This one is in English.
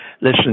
listen